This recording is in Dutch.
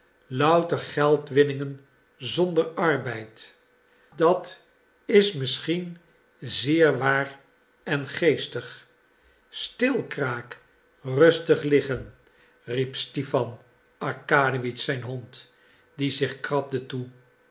louter geldwinningen zonder arbeid dat is misschien zeer waar en geestig stil kraak rustig liggen riep stipan arkadiewitsch zijn hond die zich krabde toe